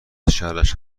شرش